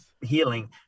healing